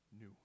new